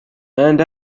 and